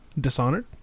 Dishonored